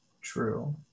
True